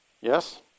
Yes